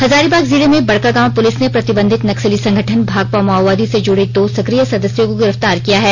हजारीबाग जिले में बड़कागांव पूलिस ने प्रतिबंधित नक्सली संगठन भाकपा माओवादी से जुड़े दो सक्रिय सदस्यों को गिरफ्तार किया है